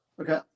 Okay